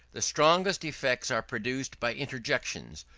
the strongest effects are produced by interjections,